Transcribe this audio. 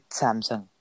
Samsung